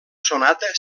sonata